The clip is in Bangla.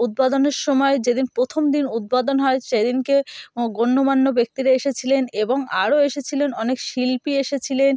উদ্বোধনের সময় যেদিন প্রথম দিন উদ্বোধন হয় সেদিনকে গণ্যমান্য ব্যক্তিরা এসেছিলেন এবং আরো এসেছিলেন অনেক শিল্পী এসেছিলেন